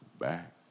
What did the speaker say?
back